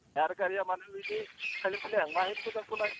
दे आरो गारिया मानो बिदि खाइलें खुइलें माहाय मोजां सलाय